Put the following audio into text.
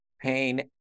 pain